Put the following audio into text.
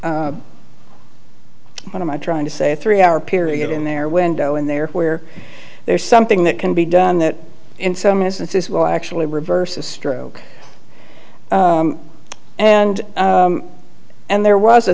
hour what am i trying to say a three hour period in their window in there where there's something that can be done that in some instances will actually reverse a stroke and and there was a